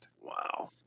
Wow